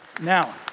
Now